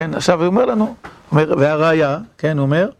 כן, עכשיו הוא אומר לנו, והראייה, כן, הוא אומר.